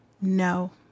no